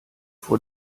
vor